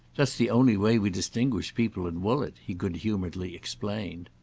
that's the only way we distinguish people at woollett, he good-humoredly explained.